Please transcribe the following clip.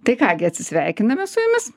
tai ką gi atsisveikiname su jumis